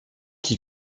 qui